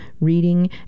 reading